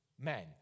men